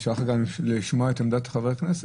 אפשר לשמוע גם את עמדת חברי הכנסת?